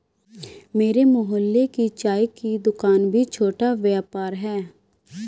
मेरे मोहल्ले की चाय की दूकान भी छोटा व्यापार है